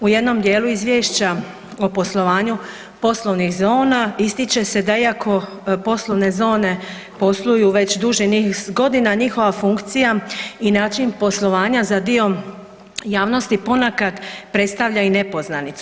U jednom djelu Izvješća o poslovanju poslovnih zona ističe se da iako poslovne zone posluju već duži niz godina, njihova funkcija i način poslovanja za dio javnosti ponekad predstavlja i nepoznanicu.